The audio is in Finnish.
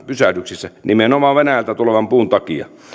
pysähdyksissä nimenomaan venäjältä tulevan puun takia